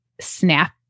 snap